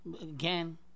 again